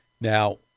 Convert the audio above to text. Now